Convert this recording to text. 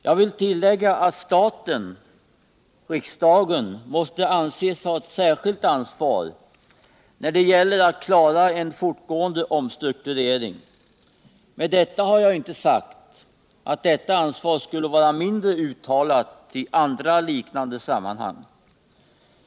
Jag vill tillägga att staten-riksdagen måste anses ha ett särskilt ansvar när det gäller att klara en fortgående omstrukturering. Med detta har jag inte sagt att detta ansvar skulle vara mindre uttalat i andra liknande sammanhang.